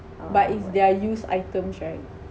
but it's their used items right